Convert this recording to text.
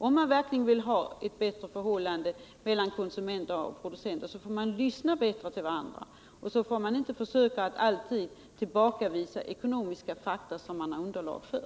Om man verkligen vill ha ett bättre förhållande mellan konsumenter och producenter måste de båda grupperna lyssna bättre på varandra, och man får inte alltid försöka tillbakavisa ekonomiska fakta som det finns underlag för.